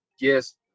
yes